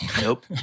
nope